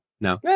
no